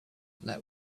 let